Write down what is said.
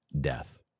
death